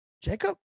Jacob